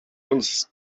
uns